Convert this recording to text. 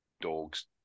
dogs